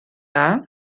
dda